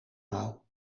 mouw